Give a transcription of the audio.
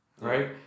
right